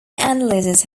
analysis